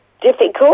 difficult